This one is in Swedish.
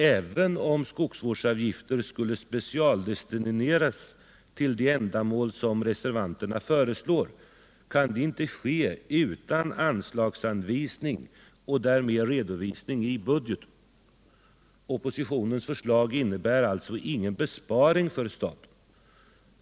Även om skogsvårdsavgiften skulle specialdestineras till de ändamål som reservanterna föreslår, så kan det inte ske utan anslagsanvisning och därmed redovisning i budgeten. Oppositionens förslag innebär alltså ingen besparing för staten.